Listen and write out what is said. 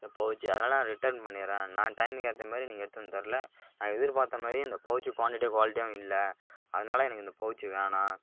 இந்த பௌச் அதனால் ரிட்டன் பண்ணிடுறேன் நான் டைம்க்கு ஏற்ற மாதிரி நீங்கள் எடுத்து வந்து தரலை நான் எதிர்பார்த்த மாதிரியும் இந்த பௌச் குவான்டிட்டியாக குவாலிட்டியாகவும் இல்லை அதனால எனக்கு இந்த பௌச் வேணாம்